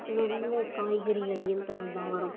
நல்ல காய்கறிகளையும் தரும் தாவரம்